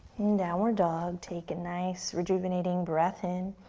downward dog, take a nice, rejuvenating breath in,